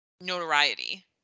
Notoriety